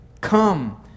Come